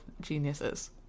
geniuses